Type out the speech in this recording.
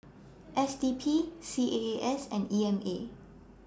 S D P C A A S and E M A